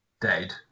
dead